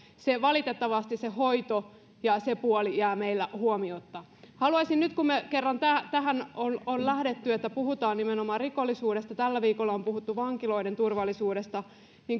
valitettavasti hoito ja se puoli jää meillä huomiotta haluaisin nyt kun me kerran tähän olemme lähteneet että puhumme nimenomaan rikollisuudesta tällä viikolla on puhuttu vankiloiden turvallisuudesta